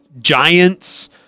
giants